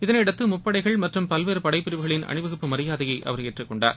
இதனையடுத்து முப்படைகள் மற்றம் பல்வேறு படைப்பிரிவுகளின் அணிவகுப்பு மரியாதையை அவர் ஏற்றுக்கொண்டார்